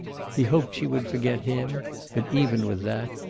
he hoped she would forget him but even with that,